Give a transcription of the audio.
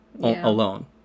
alone